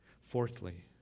Fourthly